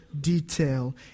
detail